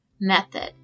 method